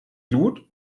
glut